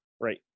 Right